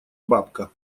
бабка